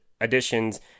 additions